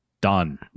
Done